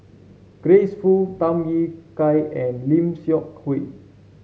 Grace Fu Tham Yui Kai and Lim Seok Hui